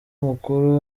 mukuru